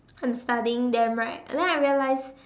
I'm studying them right and then I realized